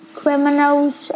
criminals